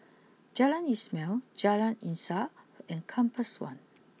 Jalan Ismail Jalan Insaf and Compass one